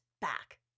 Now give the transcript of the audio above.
back